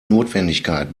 notwendigkeit